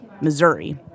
Missouri